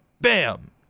Bam